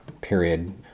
period